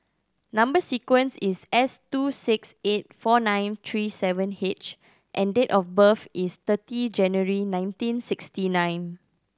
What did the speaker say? number sequence is S two six eight four nine three seven H and date of birth is thirty January nineteen sixty nine